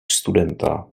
studenta